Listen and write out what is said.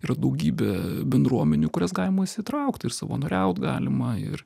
yra daugybė bendruomenių į kurias galima įsitraukt ir savanoriaut galima ir